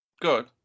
good